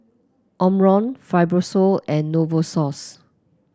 Omron Fibrosol and Novosource